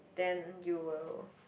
then you will